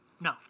No